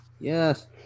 Yes